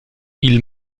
ils